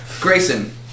Grayson